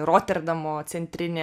roterdamo centrinė